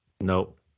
Nope